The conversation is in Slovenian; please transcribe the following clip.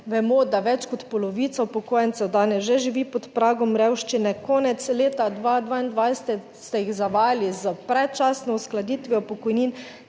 vemo, da več kot polovico upokojencev danes že živi pod pragom revščine. Konec leta 2022 ste jih zavajali s predčasno uskladitvijo pokojnin,